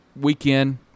weekend